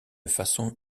façon